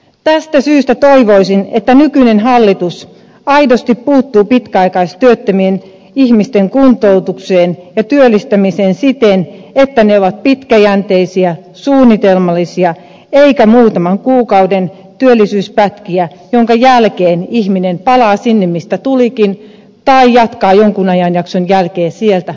tästä syystä toivoisin että nykyinen hallitus aidosti puuttuu pitkäaikaistyöttömien ihmisten kuntoutukseen ja työllistämiseen siten että toimet ovat pitkäjänteisiä suunnitelmallisia eikä muutaman kuukauden työllisyyspätkiä joiden jälkeen ihminen palaa sinne mistä tulikin tai jatkaa jonkun ajanjakson jälkeen sieltä mihin jäi